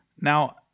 Now